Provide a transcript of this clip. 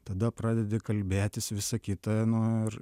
tada pradedi kalbėtis visą kitą nu ir